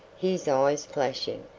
his eyes flashing.